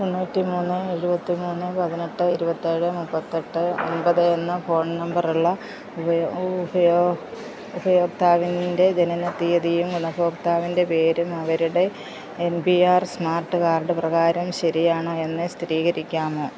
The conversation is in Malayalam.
തൊണ്ണൂറ്റി മൂന്ന് എഴുപത്തി മൂന്ന് പതിനെട്ട് ഇരുപത്തേഴ് മുപ്പത്തെട്ട് ഒമ്പത് എന്ന ഫോൺ നമ്പർ ഉള്ള ഉപയോ ഉപയോ ഉപയോക്താവിൻ്റെ ജനന തീയതിയും ഗുണഭോക്താവിൻ്റെ പേരും അവരുടെ N P R smart card പ്രകാരം ശരിയാണോ എന്ന് സ്ഥിരീകരിക്കാമോ